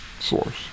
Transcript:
source